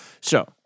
So-